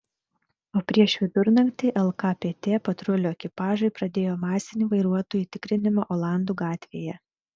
o prieš vidurnaktį lkpt patrulių ekipažai pradėjo masinį vairuotojų tikrinimą olandų gatvėje